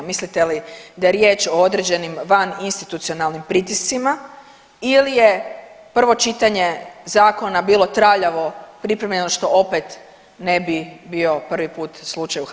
Mislite li da je riječ o određenim vaninstitucionalnim pritiscima ili je prvo čitanje zakona bilo traljavo pripremljeno što opet ne bi bio prvi put slučaj u HS-u?